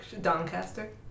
Doncaster